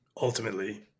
ultimately